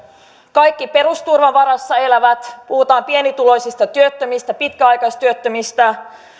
kaikki perusturvan varassa elävät puhutaan pienituloisista työttömistä pitkäaikaistyöttömistä